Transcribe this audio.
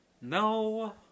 No